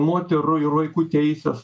moterų ir vaikų teisės